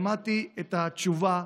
שמעתי את התשובה,